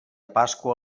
pasqua